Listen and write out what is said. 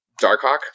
Darkhawk